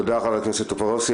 תודה, חבר הכנסת טופורובסקי.